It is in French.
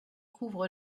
couvre